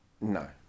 No